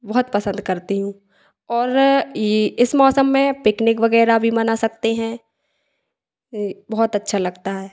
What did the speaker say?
बहुत पसंद करती हूँ और ई इस मौसम में पिकनिक वगैरह भी मना सकते हैं बहुत अच्छा लगता है